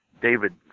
David